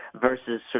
versus